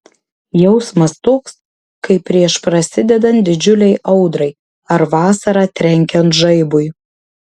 jausmas toks kaip prieš prasidedant didžiulei audrai ar vasarą trenkiant žaibui